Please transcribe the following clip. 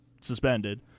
suspended